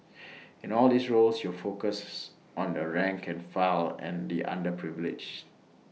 in all these roles your focus is on the rank and file and the underprivileged